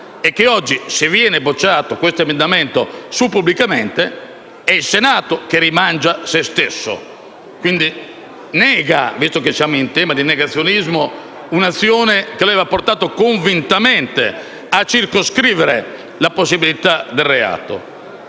Oggi, se viene bocciato questo subemendamento sull'avverbio «pubblicamente», è il Senato che rimangia le sue stesse dichiarazioni, quindi nega, visto che siamo in tema di negazionismo, un'azione che aveva portato convintamente a circoscrivere la possibilità del reato.